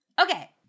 Okay